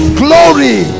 glory